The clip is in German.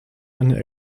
eine